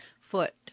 foot